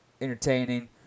entertaining